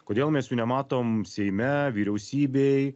kodėl mes jų nematom seime vyriausybėj